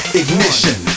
ignition